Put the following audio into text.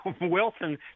Wilson